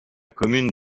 commune